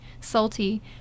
salty